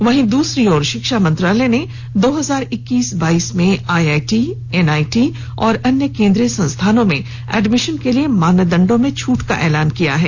वहीं दूसरी तरफ शिक्षा मंत्रालय ने दो हजार इक्कीस बाइस में आईआईटी एनआईटी और अन्य केंद्रीय संस्थानों में एडमिशन के लिए मानदंडों में छूट का ऐलान किया है